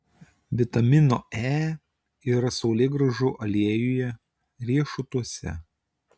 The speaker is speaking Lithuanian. vitamino e yra saulėgrąžų aliejuje riešutuose